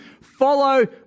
Follow